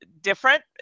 different